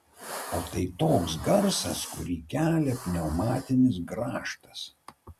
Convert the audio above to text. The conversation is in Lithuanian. o tai toks garsas kurį kelia pneumatinis grąžtas